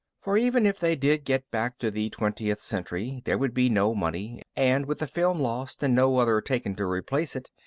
for even if they did get back to the twentieth century, there would be no money and with the film lost and no other taken to replace it,